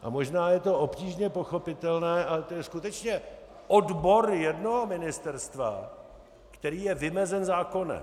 A možná je to obtížně pochopitelné, ale to je skutečně odbor jednoho ministerstva, který je vymezen zákonem.